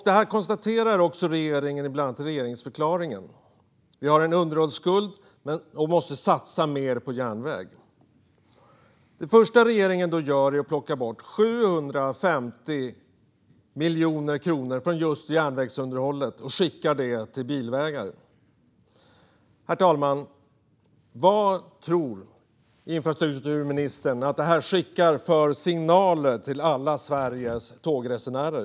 Detta konstaterar regeringen i regeringsförklaringen. Det råder en underhållsskuld, och vi måste satsa mer på järnväg. Men det första regeringen gör är att plocka bort 750 miljoner kronor från just järnvägsunderhållet och skickar dem till bilvägar. Herr talman! Vilka signaler tror infrastrukturministern skickas till alla Sveriges tågresenärer?